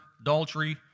adultery